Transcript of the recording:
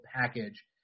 package